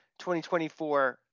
2024